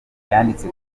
yanditse